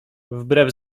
wbrew